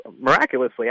miraculously